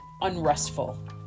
unrestful